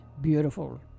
beautiful